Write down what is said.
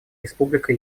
республика